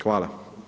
Hvala.